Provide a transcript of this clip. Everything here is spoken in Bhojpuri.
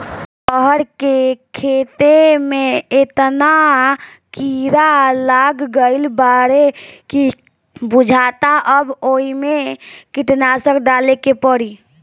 रहर के खेते में एतना कीड़ा लाग गईल बाडे की बुझाता अब ओइमे कीटनाशक डाले के पड़ी